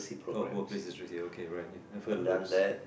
oh workplace okay right ya i've heard of those